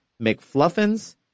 McFluffins